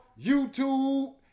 YouTube